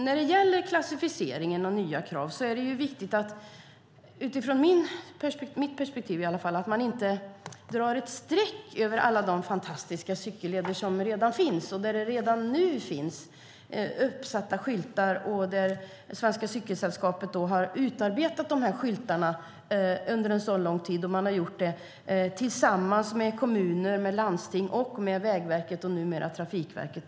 När det gäller klassificeringen och nya krav är det viktigt utifrån mitt perspektiv i alla fall att man inte drar ett streck över alla de fantastiska cykelleder som redan finns och där det redan nu finns uppsatta skyltar. Svenska Cykelsällskapet har utarbetat de här skyltarna under en lång tid, och man har gjort det tillsammans med kommuner, landsting och Vägverket - och numera Trafikverket.